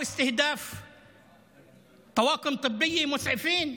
או סיכול ממוקד של צוותים רפואיים,